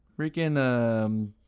Freaking